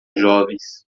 jovens